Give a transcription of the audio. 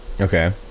Okay